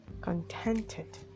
contented